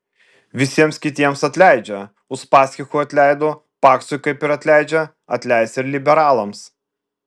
visiems kitiems atleidžia uspaskichui atleido paksui kaip ir atleidžia atleis ir liberalams